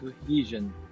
cohesion